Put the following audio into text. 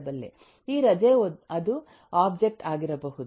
ಈ ರಜೆ ಅದು ಒಬ್ಜೆಕ್ಟ್ ಆಗಿರಬಹುದು